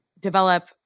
develop